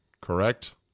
correct